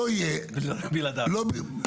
לא צריך פה רוב.